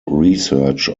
research